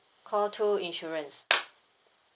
call two insurance